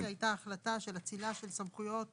אני רואה שהייתה החלטה של אצילה של סמכויות